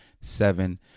seven